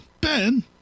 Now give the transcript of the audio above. Ben